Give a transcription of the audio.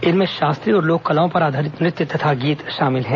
इनमें शास्त्रीय और लोक कलाओं पर आधारित नृत्य तथा गीत शामिल हैं